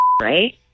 right